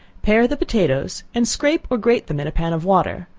pare the potatoes and scrape or grate them in a pan of water,